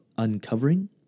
Uncovering